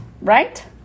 Right